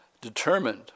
determined